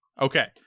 Okay